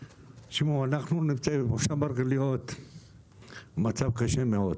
תשמעו, אנחנו נמצאים במושב מרגליות במצב קשה מאוד,